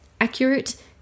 accurate